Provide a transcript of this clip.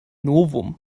novum